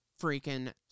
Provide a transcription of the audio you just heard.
freaking